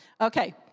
Okay